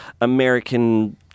American